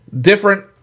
different